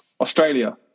Australia